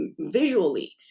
visually